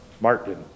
Martin